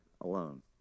alone